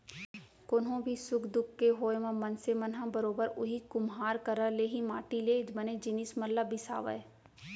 कोनो भी सुख दुख के होय म मनसे मन ह बरोबर उही कुम्हार करा ले ही माटी ले बने जिनिस मन ल बिसावय